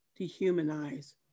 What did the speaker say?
dehumanize